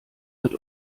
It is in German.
wird